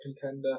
contender